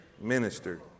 ministered